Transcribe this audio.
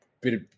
bit